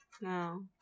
No